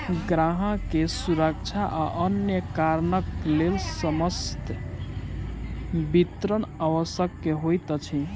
ग्राहक के सुरक्षा आ अन्य कारणक लेल समस्त विवरण आवश्यक होइत अछि